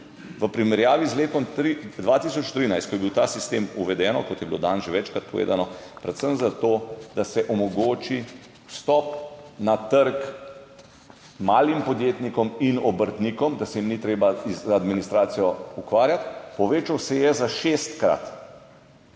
V primerjavi z letom 2013, ko je bil ta sistem uveden, kot je bilo danes že večkrat povedano, predvsem zato, da se omogoči vstop na trg malim podjetnikom in obrtnikom, da se jim ni treba z administracijo ukvarjati, povečal se je za šestkrat.